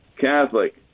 catholic